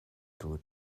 lut